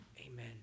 Amen